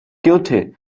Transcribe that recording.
guilty